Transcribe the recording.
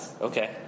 Okay